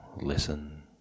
listen